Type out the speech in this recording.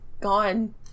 gone